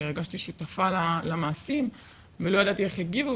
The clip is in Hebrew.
הרגשתי שותפה למעשים ולא ידעתי איך יגיבו,